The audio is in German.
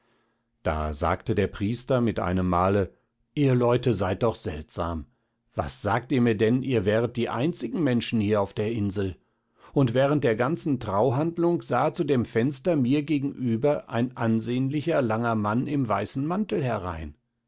da sagte der priester mit einem male ihr leute seid doch seltsam was sagt ihr mir denn ihr wäret die einzigen menschen hier auf der insel und während der ganzen trauhandlung sah zu dem fenster mir gegenüber ein ansehnlicher langer mann im weißen mantel herein